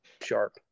sharp